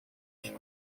kişi